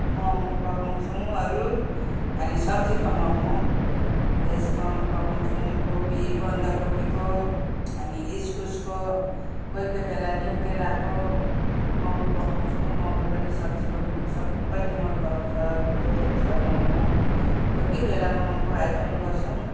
मोमो पकाउँछौँ अरू अनि सब्जीको मोमो भेज मोमो पकाउँछौँ कोपी बन्द कोपीको अनि इस्कुसको केही कोही बेला न्युटेलाको मोमो पकाउँछौँ मोमो पनि सब्जीको सबैले मन पराउँछ मिठो हुन्छ मोमो कोही कोही बेला मोमोको आइटम गर्छौँ